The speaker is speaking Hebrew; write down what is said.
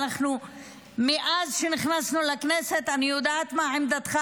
מאז שנכנסתי לכנסת אני יודעת מה עמדתך.